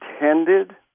intended